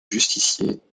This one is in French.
justicier